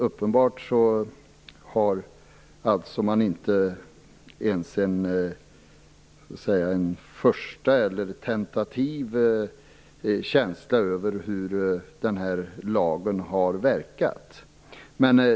Uppenbarligen har man inte ens en första, tentativ, känsla av hur den här lagen har verkat.